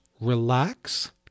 relax